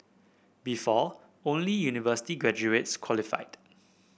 before only university graduates qualified